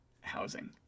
housing